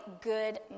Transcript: good